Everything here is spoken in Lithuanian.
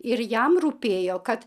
ir jam rūpėjo kad